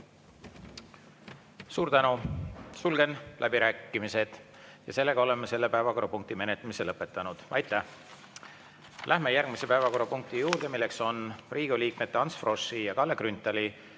Suur tänu! Sulgen läbirääkimised. Oleme selle päevakorrapunkti menetlemise lõpetanud. Aitäh! Läheme järgmise päevakorrapunkti juurde, milleks on Riigikogu liikmete Ants Froschi ja Kalle Grünthali